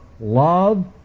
love